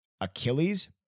Achilles